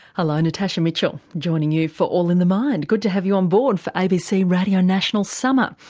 hello, natasha mitchell joining you for all in the mind good to have you on board for abc radio national summer.